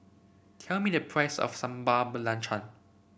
tell me the price of Sambal Belacan